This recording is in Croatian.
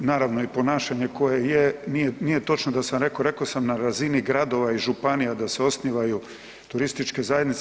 Naravno i ponašanje koje je, nije točno da sam rekao, rekao sam na razini gradova i županija da se osnivaju turističke zajednice.